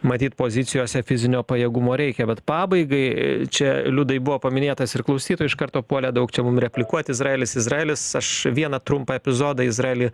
matyt pozicijose fizinio pajėgumo reikia bet pabaigai čia liudai buvo paminėtas ir klausytojų iš karto puolė daug čia mums replikuoti izraelis izraelis aš vieną trumpą epizodą izraely